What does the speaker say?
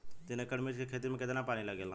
तीन एकड़ मिर्च की खेती में कितना पानी लागेला?